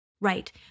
Right